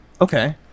Okay